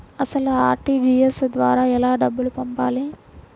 అసలు అర్.టీ.జీ.ఎస్ ద్వారా ఎలా డబ్బులు పంపాలి?